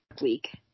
week